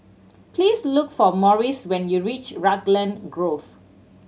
please look for Morris when you reach Raglan Grove